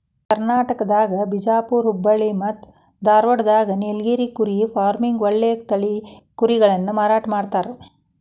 ಕರ್ನಾಟಕದಾಗ ಬಿಜಾಪುರ್ ಹುಬ್ಬಳ್ಳಿ ಮತ್ತ್ ಧಾರಾವಾಡದಾಗ ನೇಲಗಿರಿ ಕುರಿ ಫಾರ್ಮ್ನ್ಯಾಗ ಒಳ್ಳೆ ತಳಿ ಕುರಿಗಳನ್ನ ಮಾರಾಟ ಮಾಡ್ತಾರ